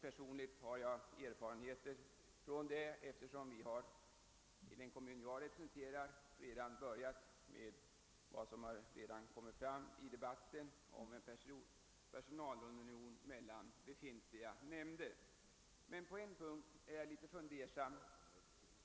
Personligen har jag erfarenheter i denna sak, eftersom vi i den kommun jag representerar redan har börjat till lämpa vad som kommit fram i debatten, d.v.s. en personalunion mellan befintliga nämnder. På en punkt är jag emellertid litet fundersam.